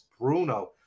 Bruno